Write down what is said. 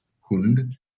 Hund